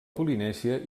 polinèsia